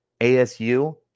ASU